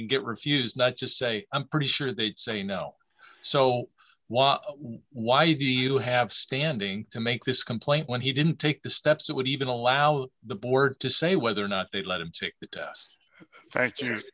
and get reviews not just say i'm pretty sure they'd say no so why why do you have standing to make this complaint when he didn't take the steps that would even allow the board to say whether or not they let him take the test